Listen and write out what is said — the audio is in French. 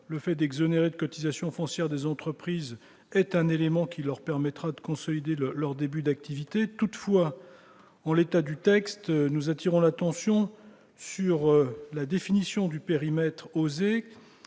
le fait d'exonérer de cotisation foncière des entreprises est un élément qui permettrait de consolider le début d'activité. Toutefois, en l'état du texte, nous attirons l'attention sur la définition du périmètre «